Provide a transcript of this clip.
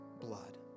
blood